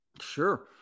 sure